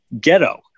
ghetto